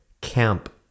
Camp